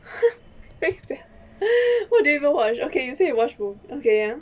what do you even watch okay you say you watch mov~ okay ya